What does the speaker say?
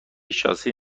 شاسی